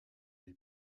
les